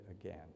again